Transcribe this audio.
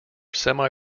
semi